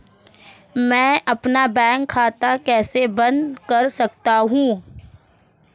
मैं अपना बैंक खाता कैसे बंद कर सकता हूँ?